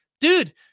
dude